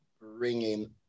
bringing